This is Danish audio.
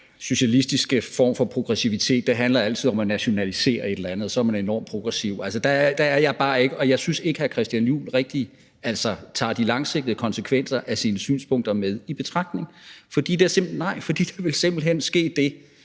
socialistiske form for progressivitet. Det handler altid om at nationalisere et eller andet, og så er man enormt progressiv. Altså, der er jeg bare ikke, og jeg synes ikke rigtig, hr. Christian Juhl tager de langsigtede konsekvenser af sine synspunkter med i betragtning. For der vil simpelt hen ske det,